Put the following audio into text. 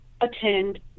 attend